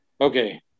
Okay